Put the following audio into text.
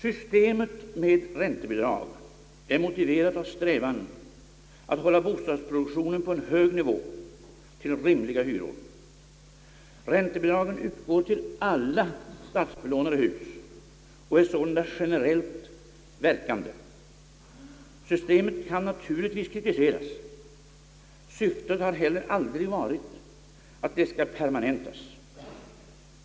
Systemet med räntebidrag är motiverat av strävan att hålla bostadsproduktionen på en hög nivå till rimliga hyror. Räntebidragen utgår till alla statsbelånade hus och är sålunda generellt verkande. Systemet kan naturligtvis kritiseras; syftet har heller aldrig varit att det skall permanentas.